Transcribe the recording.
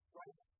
right